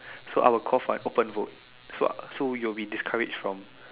so I would call for an open vote so so you will be discouraged from